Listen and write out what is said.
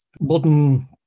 modern